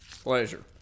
Pleasure